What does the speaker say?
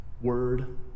word